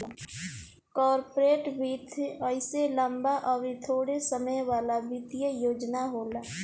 corporate वित्त अइसे लम्बा अउर थोड़े समय वाला वित्तीय योजना होला